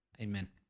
Amen